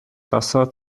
wasser